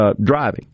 driving